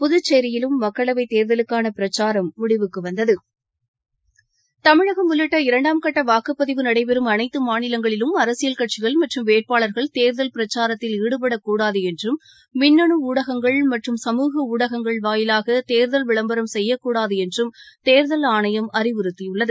புதுச்சேரியிலும் மக்களவைத் தேர்தலுக்கான பிரச்சாரம் முடிவுக்கு வந்தது தமிழகம் உள்ளிட்ட இரண்டாம் கட்ட வாக்குப்பதிவு நடைபெறும் அனைத்து மாநிலங்களிலும் அரசியல் கட்சிகள் மற்றும் வேட்பாளர்கள் தேர்தல் பிரச்சாரத்தில் ஈடுபடக்கூடாது என்றும் மின்னனு ஊடகங்கள்மற்றும் சமூக ஊடகங்கள் வாயிலாக தேர்தல் விளம்பரம் செய்யக்கூடாது என்றும் தேர்தல் ஆணையம் அறிவுறுத்தியுள்ளது